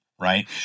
Right